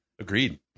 Agreed